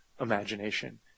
imagination